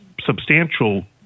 substantial